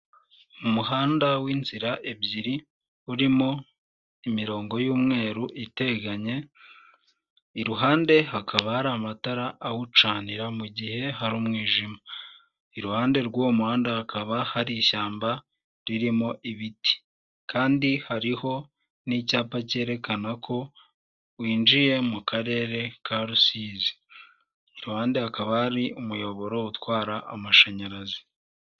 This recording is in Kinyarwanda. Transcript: Umuhanda w'inzira ebyiri urimo imirongo y'umweru iteganye, iruhande hakaba hari amatara awucanira mu gihe hari umwijima, iruhande rw'uwo muhanda hakaba hari ishyamba ririmo ibiti kandi hariho n'icyapa cyerekana ko winjiye mu karere ka Rusizi, iruhande hakaba hari umuyoboro utwara amashanyarazi.